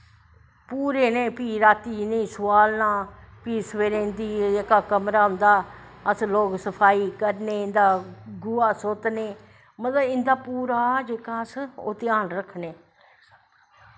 पूरे फ्ही रातीं इ'नेंगी सोआलनां फ्ही सवेरें इंदा जेह्का कमरा होंदा अस लोग सफाई करनें इंदा गोहा सोतनें मतलव पूरा इंदा अस जेह्का ध्यान रक्खनें